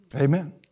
Amen